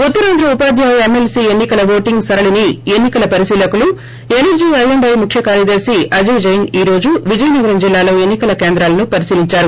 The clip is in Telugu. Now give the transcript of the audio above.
ఉత్తరాంధ్ర ఉపాధ్యాయ ఎమ్మెల్సీ ఎన్సీ కల ఓటింగ్ సరళినీ ఎన్ని కల పరిశీలకులు ఎనర్షీ ఐ అండ్ ఐ ముఖ్యకార్యదర్తి అజయ్ జైన్ ఈ రోజు విజయనగరం జిల్లాలో ఎన్ని కల కేంద్రాలను పరిశీలించారు